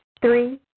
Three